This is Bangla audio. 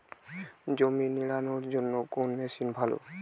জমি নিড়ানোর জন্য কোন মেশিন ভালো?